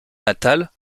natale